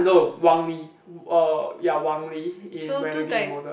no Wang-Lee er ya Wang-Lee in Renegade Immortal